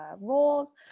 roles